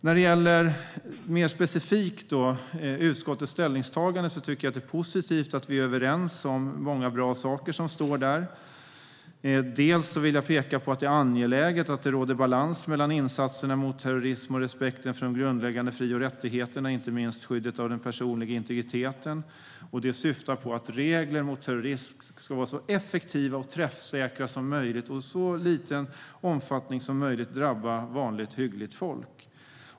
När det mer specifikt gäller utskottets ställningstagande tycker jag att det är positivt att vi är överens om många bra saker. Det är angeläget att det råder balans mellan insatserna mot terrorism och respekten för de grundläggande fri och rättigheterna, inte minst skyddet av den personliga integriteten. Regler mot terrorism ska vara så effektiva och träffsäkra som möjligt och i så liten omfattning som möjligt drabba vanligt, hyggligt folk.